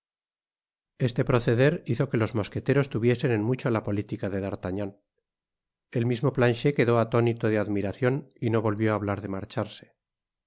este proceder hizo que los mosqueteros tuviesen en mucho la politica de d'artagnan el mismo planchet quedó atónito de admiracion y no volvió á hablar de marcharse